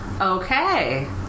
Okay